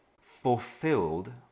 fulfilled